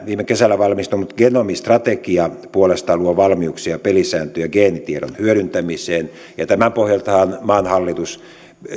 viime kesällä valmistunut genomistrategia puolestaan luo valmiuksia ja pelisääntöjä geenitiedon hyödyntämiseen tämän pohjaltahan maan hallitus